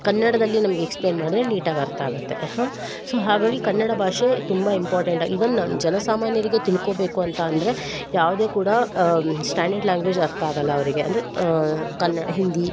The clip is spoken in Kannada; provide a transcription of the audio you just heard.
ಕನ್ನಡದಲ್ಲಿ ನಮಗೆ ಎಕ್ಸ್ಪ್ಲೇನ್ ಮಾಡಿದ್ರೆ ನೀಟ್ ಆಗಿ ಅರ್ಥ ಆಗುತ್ತೆ ಹಾಂ ಸೊ ಹಾಗಾಗಿ ಕನ್ನಡ ಭಾಷೆ ತುಂಬ ಇಂಪಾರ್ಟೆಂಟ್ ಇದನ್ನು ಜನ ಸಾಮಾನ್ಯರಿಗೆ ತಿಳ್ಕೋಬೇಕು ಅಂತ ಅಂದರೆ ಯಾವುದೆ ಕೂಡ ಸ್ಟ್ಯಾಂಡರ್ಡ್ ಲ್ಯಾಂಗ್ವೇಜ್ ಅರ್ಥ ಆಗಲ್ಲ ಅವರಿಗೆ ಅಂದರೆ ಕನ್ ಹಿಂದಿ